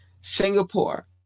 Singapore